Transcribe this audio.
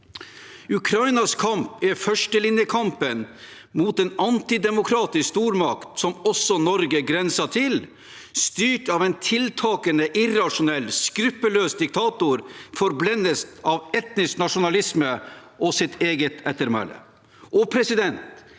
Ukrainas kamp er førstelinjekampen mot en antidemokratisk stormakt som også Norge grenser til, styrt av en tiltagende irrasjonell, skruppelløs diktator, forblendet av etnisk nasjonalisme og sitt eget ettermæle. Og igjen